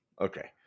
okay